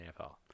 NFL